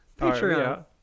Patreon